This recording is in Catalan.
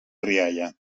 rialla